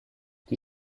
die